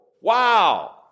Wow